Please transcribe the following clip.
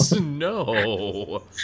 No